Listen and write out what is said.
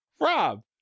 Rob